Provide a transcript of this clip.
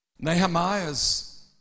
Nehemiah's